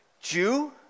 Jew